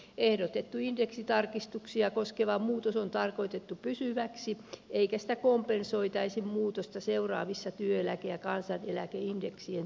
ja niin kuin täällä mainittiin ehdotettu indeksitarkistuksia koskeva muutos on tarkoitettu pysyväksi eikä sitä kompensoitaisi muutosta seuraavissa työeläke ja kansaneläkeindeksien tarkistuksissa